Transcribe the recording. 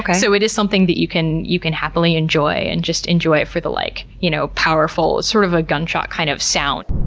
ah so it is something that you can you can happily enjoy and just enjoy it for the like you know powerful, sort of a gunshot kind of sound